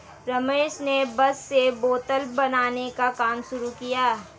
रमेश ने बांस से बोतल बनाने का काम शुरू किया है